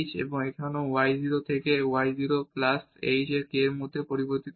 এবং এখানেও এটি এখন y 0 থেকে y 0 প্লাস k এর মধ্যে পরিবর্তিত হয়